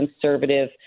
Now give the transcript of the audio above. conservative